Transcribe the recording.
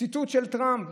ציטוט של טראמפ,